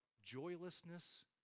joylessness